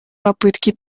попытки